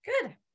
Good